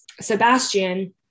Sebastian